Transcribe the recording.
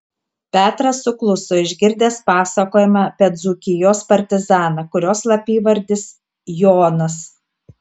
petras sukluso išgirdęs pasakojimą apie dzūkijos partizaną kurio slapyvardis jonas